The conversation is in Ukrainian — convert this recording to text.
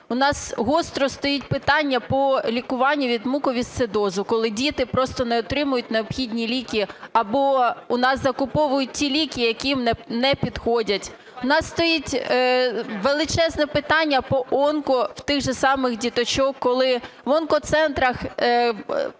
У нас гостро стоїть питання по лікуванню від муковісцидозу, коли діти просто не отримують необхідні ліки або у нас закуповують ті ліки, які їм не підходять. У нас стоїть величезне питання по онко у тих же самих діточок. Коли в онкоцентрах